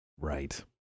Right